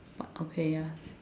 but okay ya